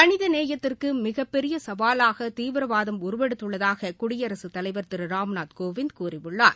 மனித நேயத்திற்கு மிகப்பெரிய சவலாக தீவிரவாதம் உருவெடுத்துள்ளதாக குடியரகத தலைவர் திரு ராம்நாத் கோவிந்த் கூறியுள்ளார்